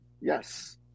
Yes